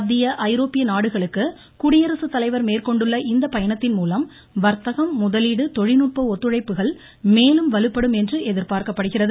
மத்திய ஐரோப்பிய நாடுகளுக்கு குடியரசுத்தலைவர் மேற்கொண்டுள்ள இந்த பயணத்தின்மூலம் வர்த்கதம் முதலீடு தொழில்நுட்ப ஒத்துழைப்புகள் மேலும் வலுப்படும் என்று எதிர்பார்க்கப்படுகிறது